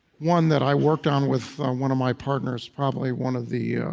one that i worked on with one of my partners, probably one of the